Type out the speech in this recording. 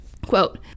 quote